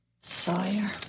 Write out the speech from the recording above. Sawyer